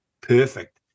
perfect